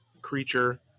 creature